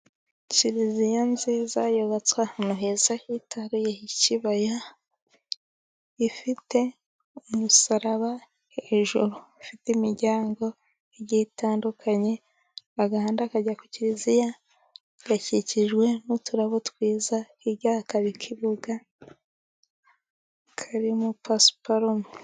Kiliziya nziza yubatswe ahantu heza hitaruye hikibaya, ifite umusaraba hejuru, ifite imiryango igiye itandukanye, agahanda kajya ku kiliziya gakikijwe n'uturabo twiza, hirya hakaba ikibuga kirimo pasiparume.